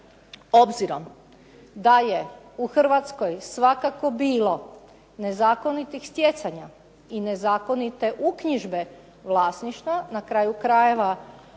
obzirom da je u Hrvatskoj svakako bilo nezakonitih stjecanja i nezakonite uknjižbe vlasništva, na kraju krajeva